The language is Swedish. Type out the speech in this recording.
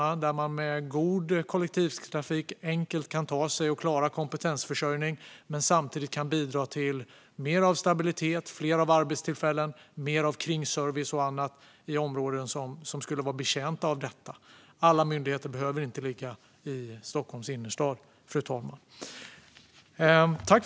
Man kan enkelt ta sig dit med god kollektivtrafik och klara kompetensförsörjningen och samtidigt bidra till mer stabilitet, fler arbetstillfällen och mer kringservice och annat i områden som skulle vara betjänta av detta. Alla myndigheter behöver inte ligga i Stockholms innerstad, fru talman.